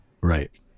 Right